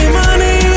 money